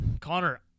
Connor